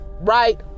right